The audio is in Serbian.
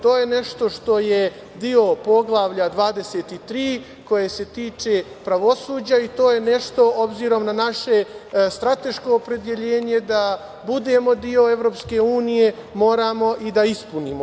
To je nešto što je deo Poglavlja 23, koje se tiče pravosuđa i to je nešto, obzirom na naše strateško opredeljenje, da budemo deo EU, moramo i da ispunimo.